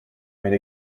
made